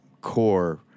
core